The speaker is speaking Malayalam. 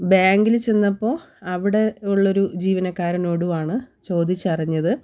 ബാങ്കിൽ ചെന്നപ്പോൾ അവിടെയുള്ളൊരു ജീവനക്കാരനോടും ആണ് ചോദിച്ചറിഞ്ഞത്